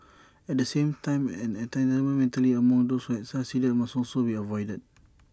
at the same time an entitlement mentality among those who have succeeded must also be avoided